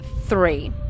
three